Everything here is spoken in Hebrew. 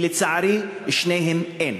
ולצערי, שניהם אין,